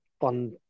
fun